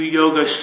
yoga